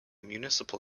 municipal